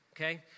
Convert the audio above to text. okay